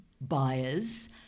buyers